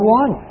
one